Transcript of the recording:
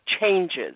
changes